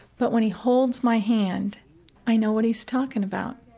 but when he holds my hand i know what he's talking about,